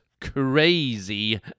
Crazy